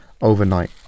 overnight